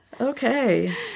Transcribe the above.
Okay